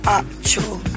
actual